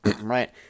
right